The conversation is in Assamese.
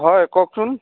হয় কওকচোন